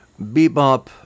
Bebop